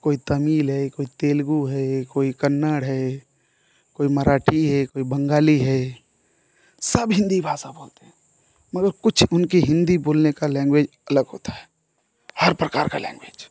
कोई तमिल है कोई तेलगु है ये कोई कन्नड़ है कोई मराठी है कोई बंगाली है सब हिन्दी भाषा बोलते हैं मगर कुछ उनके हिन्दी बोलने का लैंग्वेज अलग होता है हर प्रकार का लैंग्वेज